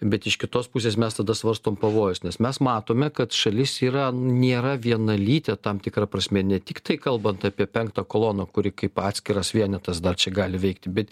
bet iš kitos pusės mes tada svarstom pavojus nes mes matome kad šalis yra nėra vienalytė tam tikra prasme ne tiktai kalbant apie penktą koloną kuri kaip atskiras vienetas dar čia gali veikti bet